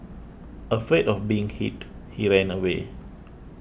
afraid of being hit he ran away